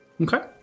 Okay